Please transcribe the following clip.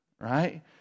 Right